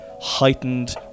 heightened